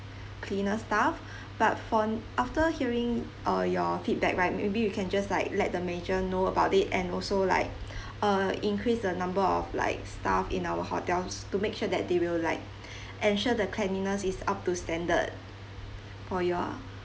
cleaner staff but for after hearing uh your feedback right maybe we can just like let the manager know about it and also like uh increase the number of like staff in our hotels to make sure that they will like ensure the cleanliness is up to standard for your